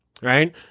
right